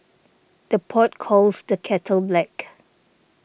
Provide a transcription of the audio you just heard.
the pot calls the kettle black